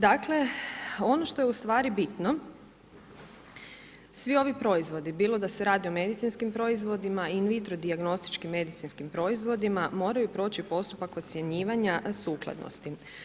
Dakle, ono što je ustvari bitno, svi ovi proizvodi bilo da se radi o medicinskim proizvodima, in vitro dijagnostičkim medicinskim proizvodima, moraju proći postupak ocjenjivanja sukladnosti.